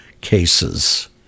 cases